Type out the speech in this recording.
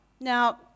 Now